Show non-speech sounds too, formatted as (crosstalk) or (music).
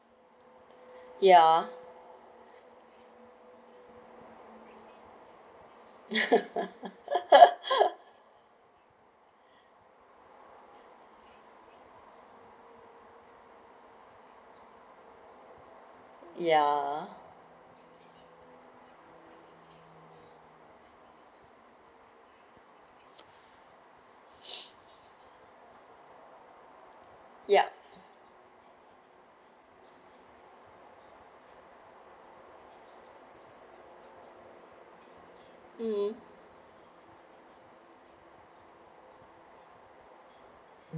ya (laughs) ya yup mm